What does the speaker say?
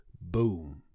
boom